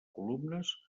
columnes